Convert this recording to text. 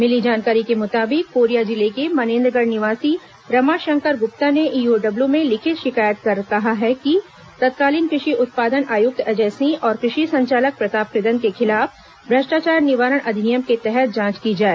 मिली जानकारी के मुताबिक कोरिया जिले के मनेन्द्रगढ़ निवासी रमाशंकर गुप्ता ने ईओडब्ल्यू में लिखित शिकायत कर कहा है कि तत्कालीन कृषि उत्पादन आयुक्त अजय सिंह और कृषि संचालक प्रताप कृदत्त को खिलाफ भ्रष्टाचार निवारण अधिनियम के तहत जांच की जाए